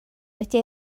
wedi